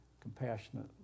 compassionate